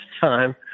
time